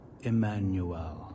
Emmanuel